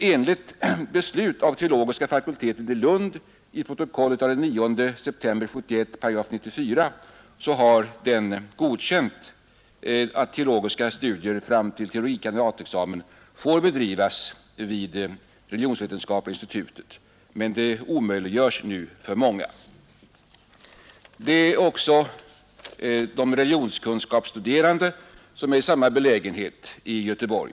Enligt beslut av teologiska fakulteten i Lund, protokoll av den 9 september 1971 § 94. har denna godkänt att teologiska studier fram till teologie kandidatexamen fär bedrivas vid Religionsvetenskapliga institutet. men detta omöjliggörs nu för många. De religionskunskapsstuderande är i samma belägenhet i Göteborg.